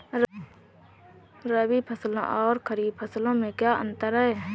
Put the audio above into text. रबी फसलों और खरीफ फसलों में क्या अंतर है?